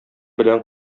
белән